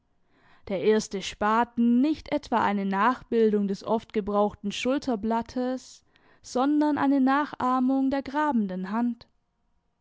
der erste spaten nicht etwa eine nachbildung des oft gebrauchten schulterblattes sondern eine nachahmung der grabenden hand